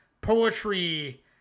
poetry